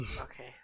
Okay